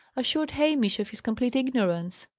assured hamish of his complete ignorance.